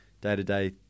day-to-day